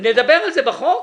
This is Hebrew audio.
נדבר על זה בחוק.